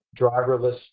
driverless